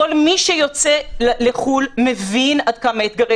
כל מי שיוצא לחו"ל מבין עד כמה אתגרי